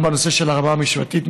גם בנושא של הרמה המשפטית.